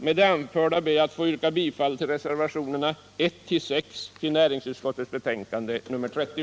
Med det anförda ber jag att få yrka bifall till reservationerna 1-6 vid näringsutskottets betänkande nr 30.